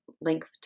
length